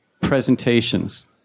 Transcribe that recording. presentations